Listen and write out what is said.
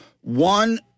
One